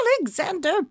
Alexander